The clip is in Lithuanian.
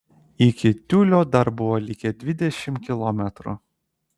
iki tiulio dar buvo likę dvidešimt kilometrų